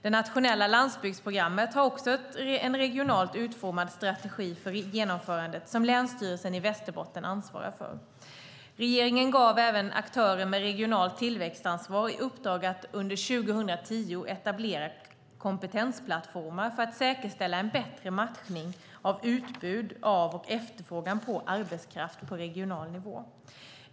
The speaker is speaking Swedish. Det nationella landsbygdsprogrammet har också en regionalt utformad strategi för genomförandet som Länsstyrelsen i Västerbotten ansvarar för. Regeringen gav även aktörer med regionalt tillväxtansvar i uppdrag att under 2010 etablera kompetensplattformar för att säkerställa en bättre matchning av utbud av och efterfrågan på arbetskraft på regional nivå.